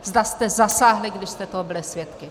Zda jste zasáhli, když jste toho byli svědky.